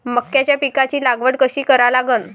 मक्याच्या पिकाची लागवड कशी करा लागन?